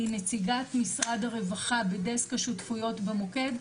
היא נציגת משרד הרווחה בדסק השותפויות במוקד,